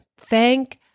thank